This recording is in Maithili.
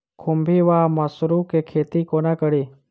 खुम्भी वा मसरू केँ खेती कोना कड़ी?